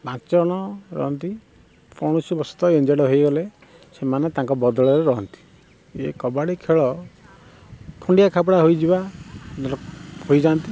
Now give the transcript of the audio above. ପାଞ୍ଚଜଣ ରହନ୍ତି କୌଣସି ବଶତଃ ଏଞ୍ଜଡ଼୍ ହେଇଗଲେ ସେମାନେ ତାଙ୍କ ବଦଳରେ ରହନ୍ତି ଏ ଇଏ କବାଡ଼ି ଖେଳ ଖଣ୍ଡିଆ ଖାବରା ହୋଇଯିବା ହୋଇଯାନ୍ତି